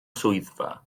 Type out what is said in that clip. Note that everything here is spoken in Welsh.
swyddfa